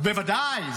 בוודאי.